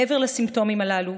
מעבר לסימפטומים הללו,